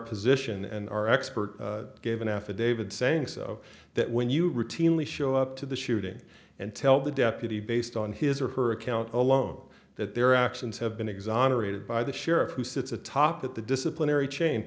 position and our expert gave an affidavit saying so that when you routinely show up to the shooting and tell the deputy based on his or her account alone that their actions have been exonerated by the sheriff who sits atop that the disciplinary chain